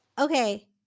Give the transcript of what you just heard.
okay